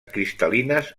cristal·lines